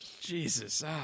Jesus